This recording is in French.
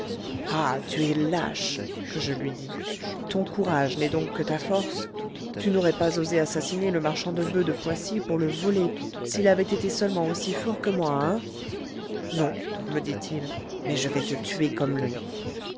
ah tu es lâche que je lui dis ton courage n'est donc que ta force tu n'aurais pas osé assassiner le marchand de boeufs de poissy pour le voler s'il avait été seulement aussi fort que moi hein non me dit-il mais je vais te tuer comme lui